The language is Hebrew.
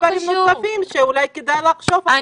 דברים נוספים שאולי כדאי לחשוב עליהם.